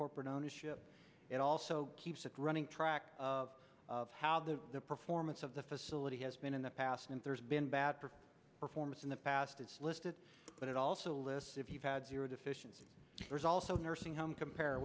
corporate ownership it also keeps it running track of how the performance of the facility has been in the past and there's been bad for performance in the past it's listed but it also lists if you had zero deficiency there's also nursing home compare